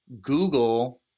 Google